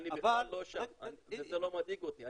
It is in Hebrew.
אני בכלל לא שם וזה לא מדאיג אותי,